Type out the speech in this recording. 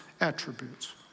attributes